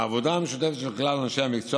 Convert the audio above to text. העבודה המשותפת של כלל אנשי המקצוע